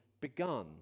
begun